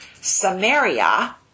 Samaria